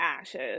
ashes